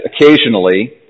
occasionally